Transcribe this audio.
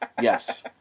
Yes